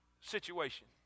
situation